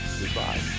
goodbye